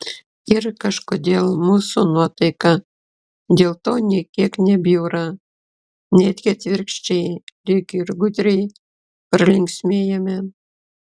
ir kažkodėl mūsų nuotaika dėl to nė kiek nebjūra netgi atvirkščiai lyg ir gudriai pralinksmėjame